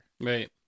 Right